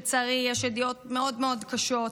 ולצערי יש עדויות מאוד מאוד קשות,